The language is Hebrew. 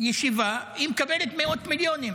ישיבה היא מקבלת מאות מיליונים,